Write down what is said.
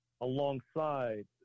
alongside